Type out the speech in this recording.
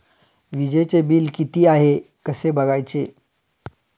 वीजचे बिल किती आहे कसे बघायचे?